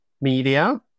media